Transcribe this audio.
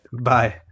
Bye